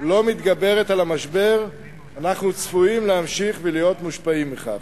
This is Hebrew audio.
לא מתגברת על המשבר אנחנו צפויים להמשיך ולהיות מושפעים מכך.